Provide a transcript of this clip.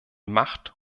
macht